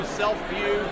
self-view